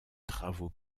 travaux